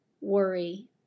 Worry